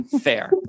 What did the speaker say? Fair